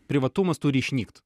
privatumas turi išnykt